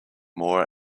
more